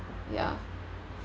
ya